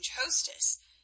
hostess